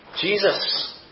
Jesus